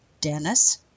Dennis